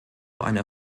einer